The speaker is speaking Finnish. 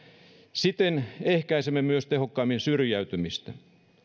siten myös ehkäisemme tehokkaimmin syrjäytymistä